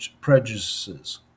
prejudices